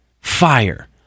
fire